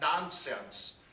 nonsense